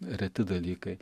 reti dalykai